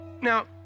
Now